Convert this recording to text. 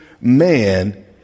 man